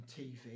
TV